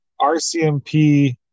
RCMP